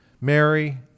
Mary